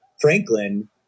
Franklin